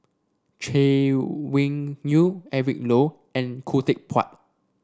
Chay Weng Yew Eric Low and Khoo Teck Puat